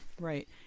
right